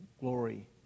glory